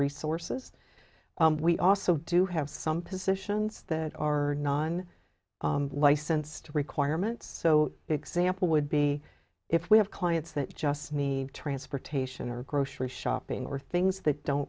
resources we also do have some positions that are non licensed requirements so example would be if we have clients that just need transportation or grocery shopping or things that don't